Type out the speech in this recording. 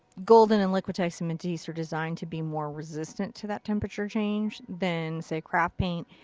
golden and liquitex and matisse are designed to be more resistant to that temperature change than say craft paint.